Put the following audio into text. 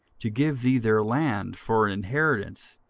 to give thee their land for an inheritance,